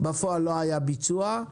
בפועל לא היה ביצוע,